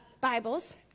Bibles